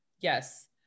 Yes